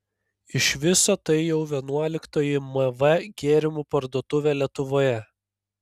iš viso tai jau vienuoliktoji mv gėrimų parduotuvė lietuvoje